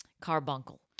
Carbuncle